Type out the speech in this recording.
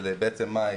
בעצם מאי